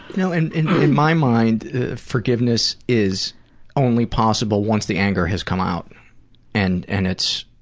know? and in in my mind forgiveness is only possible once the anger has come out and and it's,